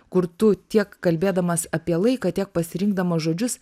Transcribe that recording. kur tu tiek kalbėdamas apie laiką tiek pasirinkdamas žodžius